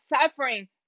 suffering